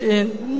כאשר